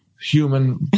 human